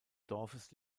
dorfes